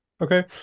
Okay